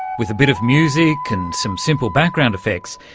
with a bit of music and some simple background effects,